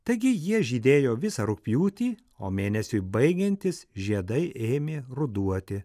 taigi jie žydėjo visą rugpjūtį o mėnesiui baigiantis žiedai ėmė ruduoti